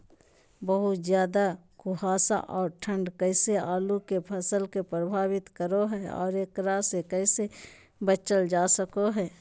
बहुत ज्यादा कुहासा और ठंड कैसे आलु के फसल के प्रभावित करो है और एकरा से कैसे बचल जा सको है?